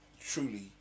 truly